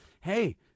hey